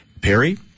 Perry